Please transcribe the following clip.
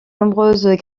nombreuses